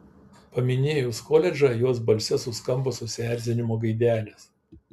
paminėjus koledžą jos balse suskambo susierzinimo gaidelės